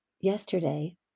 yesterday